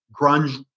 grunge